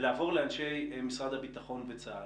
ולעבור לאנשי משרד הביטחון וצה"ל.